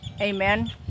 Amen